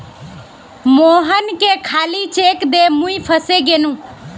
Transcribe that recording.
मोहनके खाली चेक दे मुई फसे गेनू